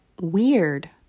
weird